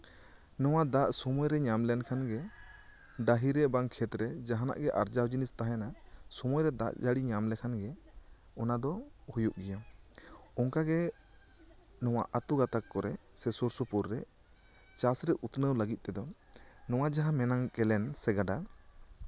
ᱱᱚᱣᱟ ᱫᱟᱜ ᱥᱚᱢᱚᱭᱨᱮ ᱧᱟᱢ ᱞᱮᱱᱠᱷᱟᱱ ᱜᱮ ᱰᱟᱺᱦᱤ ᱨᱮ ᱵᱟᱝ ᱠᱷᱮᱛᱨᱮ ᱡᱟᱦᱟᱱᱟᱜ ᱜᱮ ᱟᱨᱡᱟᱣ ᱡᱤᱱᱤᱥ ᱛᱟᱦᱮᱱᱟ ᱥᱚᱢᱚᱭᱨᱮ ᱫᱟᱜ ᱡᱟᱹᱲᱤ ᱧᱟᱢ ᱞᱮᱠᱷᱟᱱ ᱜᱮ ᱚᱱᱟ ᱫᱚ ᱦᱩᱭᱩᱜ ᱜᱮᱭᱟ ᱚᱱᱠᱟᱜᱮ ᱱᱚᱣᱟ ᱟᱛᱩ ᱜᱟᱛᱟᱠ ᱠᱚᱨᱮᱜ ᱥᱮ ᱥᱩᱨ ᱥᱩᱯᱩᱨ ᱨᱮ ᱪᱟᱥ ᱠᱟᱛᱮᱜ ᱩᱛᱱᱟᱹᱣ ᱞᱟᱹᱜᱤᱫ ᱛᱮᱫᱚ ᱱᱚᱣᱟ ᱡᱟᱦᱟᱸ ᱠᱮᱱᱮᱞ ᱥᱮ ᱜᱟᱰᱟ